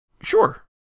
Sure